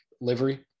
livery